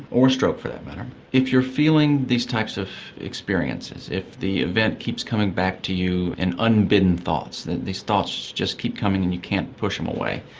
or stroke for that matter, if you're feeling these types of experiences, if the event keeps coming back to you in unbidden thoughts, that these thoughts keep coming and you can't push them away,